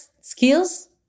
skills